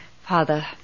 Father